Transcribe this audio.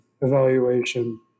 evaluation